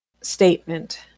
statement